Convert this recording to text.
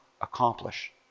accomplish